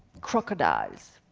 crocodiles?